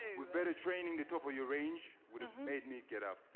with better training, the top of your range would've made me get up.